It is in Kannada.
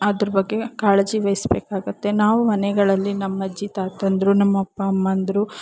ಅದ್ರ ಬಗ್ಗೆ ಕಾಳಜಿ ವಹಿಸ್ಬೇಕಾಗುತ್ತೆ ನಾವು ಮನೆಗಳಲ್ಲಿ ನಮ್ಮ ಅಜ್ಜಿ ತಾತಂದಿರು ನಮ್ಮ ಅಪ್ಪ ಅಮ್ಮಂದಿರು